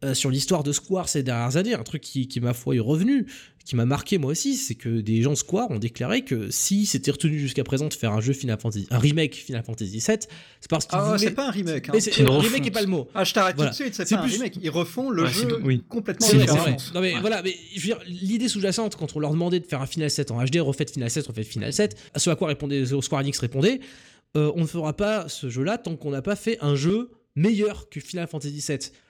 Euh, sur l'histoire de Square ces dernières années, un truc qui- qui, ma foi, est revenu, qui m'a marqué, moi aussi, c'est que des gens Square ont déclaré que s'ils s'étaient retenus jusqu'à présent de faire un jeu Final Fantasy- un remake Final Fantasy VII, c'est parce qu'ils Ah, voulaient- c'est pas un remake, Mais hein. c'est- Qu'ils euh, le remake refont. est pas le mot. Ah, je t'arrête tout de Voilà. suite, c'est C'est pas un plus- remake. Ils refont le Ouais, c'est jeu do- oui. complètement C'est une C'est vrai, c'est vrai. refonte. Non, mais Ouais. voilà, mais je veux dire, l'idée sous-jacente, quand on leur demandait de faire un Final 7 en HD, refaites Final 7, refaites Final 7. À ce à quoi répondait- au Square Enix répondait, euh, on ne fera pas ce jeu-là tant qu'on n'a pas fait un jeu meilleur que Final Fantasy 7.